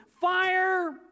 fire